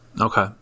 Okay